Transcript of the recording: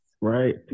Right